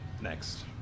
next